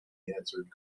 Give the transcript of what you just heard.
answered